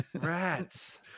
Rats